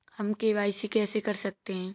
हम के.वाई.सी कैसे कर सकते हैं?